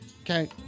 okay